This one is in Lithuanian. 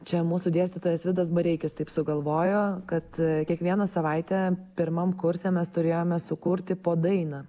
čia mūsų dėstytojas vidas bareikis taip sugalvojo kad kiekvieną savaitę pirmam kurse mes turėjome sukurti po dainą